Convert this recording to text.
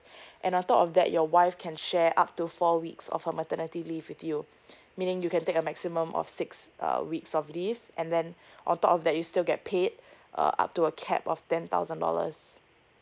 and on top of that your wife can share up to four weeks of her maternity leave with you meaning you can take a maximum of six uh weeks of leave and then on top of that you still get paid uh up to a cap of ten thousand dollars